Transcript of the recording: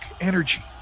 energy